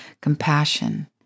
compassion